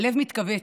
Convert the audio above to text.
הלב מתכווץ: